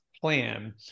plan